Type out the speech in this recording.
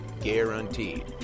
guaranteed